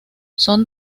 son